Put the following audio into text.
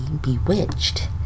bewitched